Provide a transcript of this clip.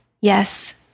Yes